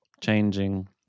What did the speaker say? changing